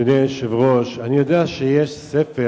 אדוני היושב-ראש, אני יודע שיש ספר